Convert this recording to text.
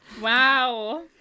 wow